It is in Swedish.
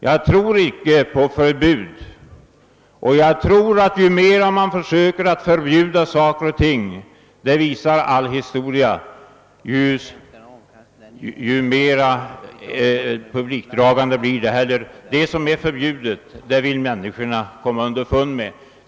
Jag tror icke på förbud. Ju mer man försöker förbjuda saker och ting — det visar all historia — desto mer publikdragande blir det. Det som är förbjudet vill människorna komma underfund med.